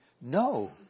No